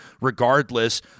regardless